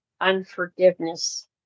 unforgiveness